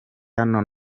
hano